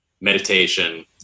meditation